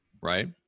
Right